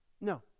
No